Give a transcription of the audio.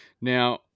now